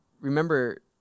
remember